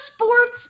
Sports